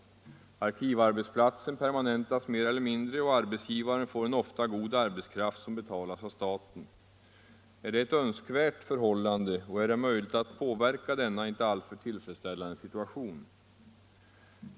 Arkivarbetsplatsen permanentas mer eller mindre och arbetsgivaren får en ofta god arbetskraft som betalas av staten. Är detta ett önskvärt förhållande, och hur är det möjligt att påverka denna för den anställde inte alltför tillfredsställande situation?